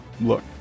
Look